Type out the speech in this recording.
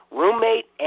roommate